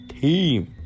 team